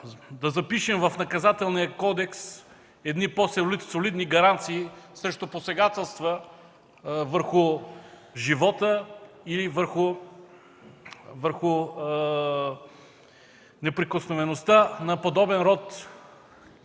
да запишем в Наказателния кодекс по-солидни гаранции срещу посегателства върху живота и неприкосновеността на подобен род длъжностни